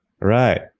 Right